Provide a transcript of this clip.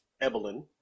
Evelyn